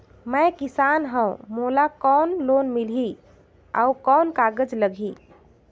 मैं किसान हव मोला कौन लोन मिलही? अउ कौन कागज लगही?